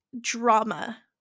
drama